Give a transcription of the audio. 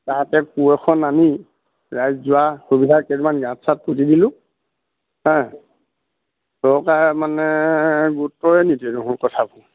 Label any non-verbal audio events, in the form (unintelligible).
তাতে কোৰ এখন আনি ৰাইজ যোৱা সুবিধা কেইটামান গাঁত চাত পুতি দিলোঁ হা চৰকাৰ মানে গুৰুত্বইে নিদিয় (unintelligible) কথাবোৰ